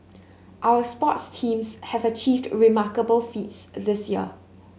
our sports teams have achieved remarkable feats this year